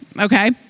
Okay